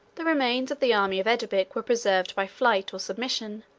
the remains of the army of edobic were preserved by flight or submission,